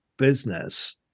business